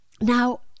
now